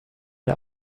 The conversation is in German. der